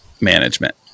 management